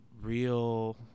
real